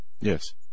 Yes